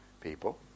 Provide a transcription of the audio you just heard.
people